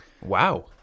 Wow